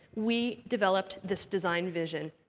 we developed this design vision.